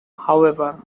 however